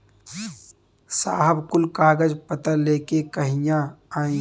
साहब कुल कागज पतर लेके कहिया आई?